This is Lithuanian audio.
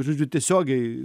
žodžiu tiesiogiai